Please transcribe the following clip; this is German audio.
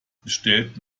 bestellt